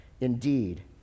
Indeed